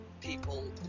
people